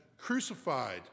crucified